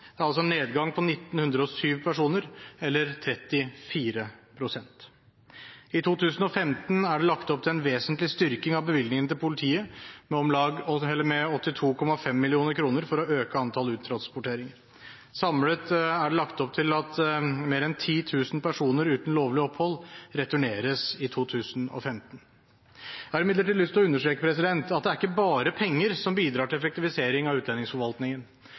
Det er altså en nedgang på 1 907 personer eller 34 pst. I 2015 er det lagt opp til en vesentlig styrking av bevilgningen til politiet med 82,5 mill. kr for å øke antall uttransporteringer. Samlet er det lagt opp til at mer enn 10 000 personer uten lovlig opphold returneres i 2015. Jeg har imidlertid lyst til å understreke at det ikke bare er penger som bidrar til effektivisering av utlendingsforvaltningen.